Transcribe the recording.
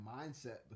mindset